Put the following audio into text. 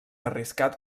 arriscat